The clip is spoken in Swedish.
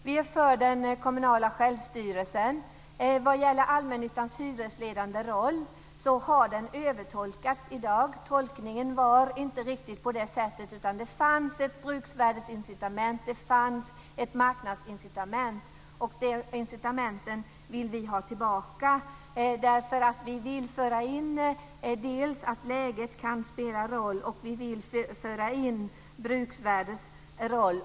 Vi är för den kommunala självstyrelsen. Vad gäller allmännyttans hyresledande roll har den övertolkats i dag. Tolkningen var inte riktigt på det sättet. Det fanns ett bruksvärdesincitament. Det fanns ett marknadsincitament. De incitamenten vill vi ha tillbaka. Vi vill föra in att läget kan spela roll. Vi vill också föra in bruksvärdets roll.